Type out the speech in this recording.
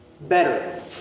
Better